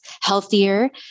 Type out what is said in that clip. healthier